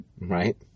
Right